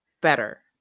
better